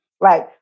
right